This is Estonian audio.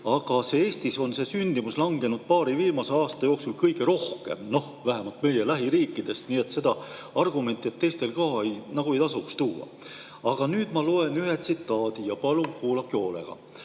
aga Eestis on sündimus langenud paari viimase aasta jooksul kõige rohkem, vähemalt meie lähiriikidest. Nii et seda argumenti, et teistel ka, nagu ei tasuks tuua. Aga nüüd ma loen ühe tsitaadi ja palun kuulake hoolega,